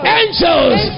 angels